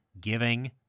giving